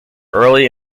early